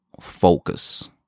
focus